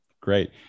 Great